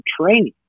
training